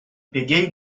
pegeit